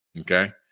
Okay